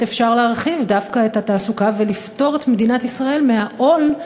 אפשר להרחיב דווקא את התעסוקה ולפטור את מדינת ישראל מהעול,